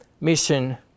mission